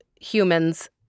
humans